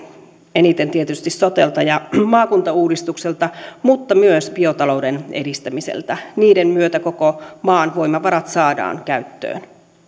eniten tietysti sotelta ja maakuntauudistukselta mutta myös biotalouden edistämiseltä niiden myötä koko maan voimavarat saadaan käyttöön